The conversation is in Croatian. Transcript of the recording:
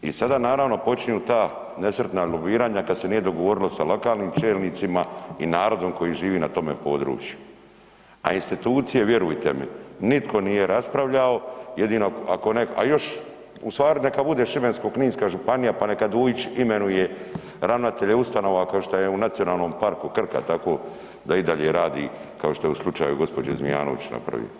I sada naravno počinju ta nesretna lobiranja kad se nije dogovorilo sa lokalnim čelnicima i narodom koji živi na tome području, a institucije, vjerujte mi, nitko nije raspravljao, jedino, ako netko, a još ustvari, neka bude Šibensko-kninska županija pa neka Dujić imenuje ravnatelja ustanova kao što je u NP Krka tako da i dalje radi kao što je u slučaju gđe. Zmijanović napravio.